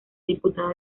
diputado